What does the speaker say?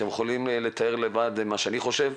אתם יכולים לתאר לבד את מה שאני חושב.